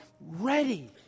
ready